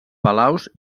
palaus